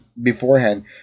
beforehand